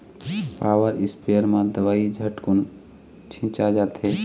power sprayer म दवई झटकुन छिंचा जाथे